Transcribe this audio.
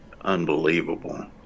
unbelievable